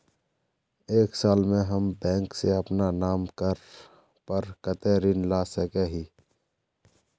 एक साल में हम बैंक से अपना नाम पर कते ऋण ला सके हिय?